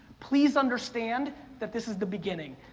please understand that this is the beginning.